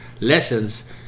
lessons